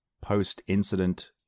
post-incident